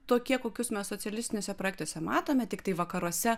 tokie kokius mes socialistiniuose projektuose matome tiktai vakaruose